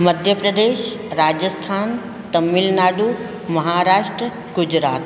Madhya Pradesh Rajasthan Tamil Nadu Maharashtra Gujarat